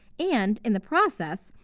and, in the process,